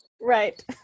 Right